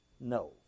no